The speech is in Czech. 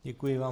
Děkuji vám.